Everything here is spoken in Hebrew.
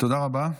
תודה רבה.